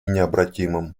необратимым